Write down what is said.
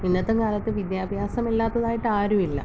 ഇന്നത്തെ കാലത്ത് വിദ്യാഭ്യാസമില്ലാത്തതായിട്ട് ആരുമില്ല